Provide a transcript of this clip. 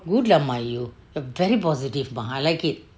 good lah mah you very positive mah I like it